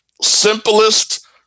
simplest